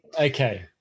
okay